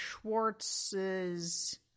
Schwartz's